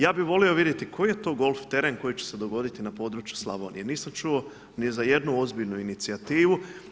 Ja bih volio vidjeti koji je to golf teren koji će se dogoditi na području Slavonije, nisam čuo ni za jednu ozbiljnu inicijativu.